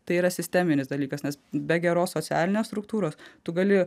tai yra sisteminis dalykas nes be geros socialinės struktūros tu gali